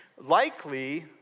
likely